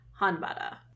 Hanbada